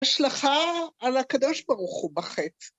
השלכה על הקדוש ברוך הוא בחטא.